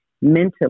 mentally